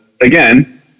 again